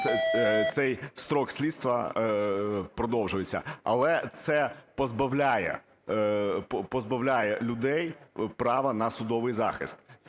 цей строк слідства продовжується. Але це позбавляє людей права на судовий захист,